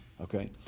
okay